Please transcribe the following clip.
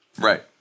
Right